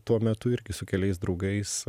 tuo metu irgi su keliais draugais